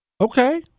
Okay